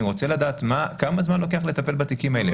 אני רוצה לדעת כמה זמן לוקח לטפל בתיקים האלה.